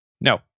no